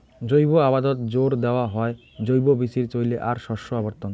জৈব আবাদত জোর দ্যাওয়া হয় জৈব বীচির চইলে আর শস্য আবর্তন